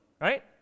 right